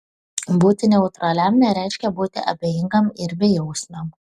būti neutraliam nereiškia būti abejingam ir bejausmiam